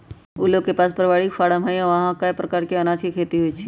उ लोग के पास परिवारिक फारम हई आ ऊहा कए परकार अनाज के खेती होई छई